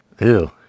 Ew